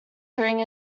during